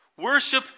Worship